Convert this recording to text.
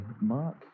Mark